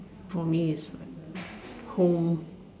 for me is like whole